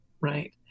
right